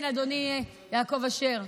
כן, אדוני חבר הכנסת יעקב אשר.